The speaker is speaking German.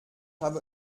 habe